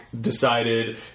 decided